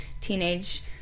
teenage